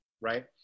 right